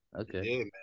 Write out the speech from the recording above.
okay